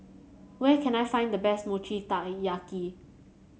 where can I find the best Mochi Taiyaki